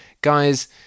Guys